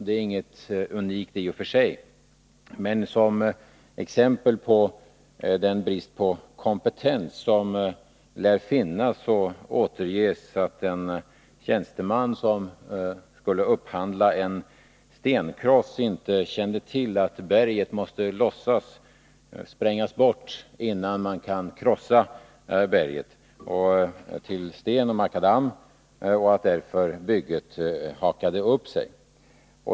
Det är ingenting unikt i och för sig, men som exempel på den brist på kompetens som lär finnas återges att en tjänsteman som skulle upphandla en stenkross inte kände till att berget måste sprängas bort, innan man kan krossa det till sten och makadam. Bygget hade därför hakat upp sig.